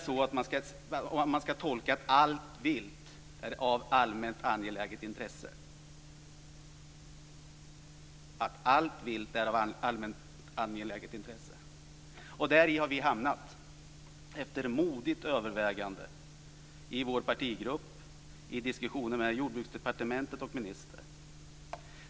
Ska man tolka det som att allt vilt är av angeläget allmänt intresse? Där har vi hamnat efter moget övervägande i vår partigrupp och efter diskussioner med Jordbruksdepartementet och ministern.